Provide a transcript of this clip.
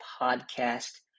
Podcast